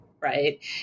right